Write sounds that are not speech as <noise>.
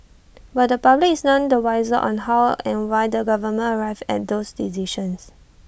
<noise> but the public is none the wiser on how and why the government arrived at those decisions